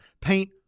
Paint